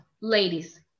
ladies